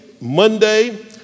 Monday